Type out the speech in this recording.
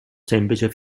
semplice